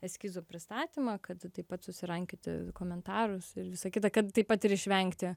eskizų pristatymą kad taip pat susirankioti komentarus ir visa kita kad taip pat ir išvengti